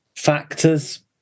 factors